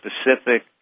specific